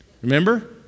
Remember